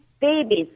babies